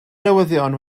newyddion